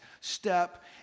step